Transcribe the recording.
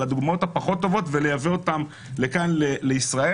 על הדוגמאות הפחות טובות ולייבא אותן לכאן לישראל.